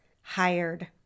hired